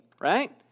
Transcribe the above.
right